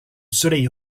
soleil